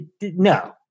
no